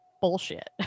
bullshit